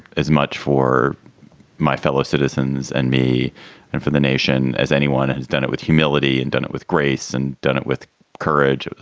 as much for my fellow citizens and me and for the nation as anyone has done it with humility and done it with grace and done it with courage.